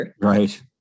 Right